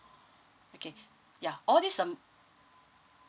okay ya all this um